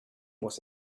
was